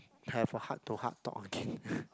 have a heart to heart talk again